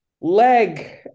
leg